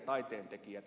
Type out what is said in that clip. toisinpäin